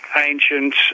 ancient